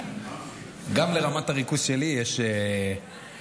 גם לרמת הריכוז שלי יש איזה,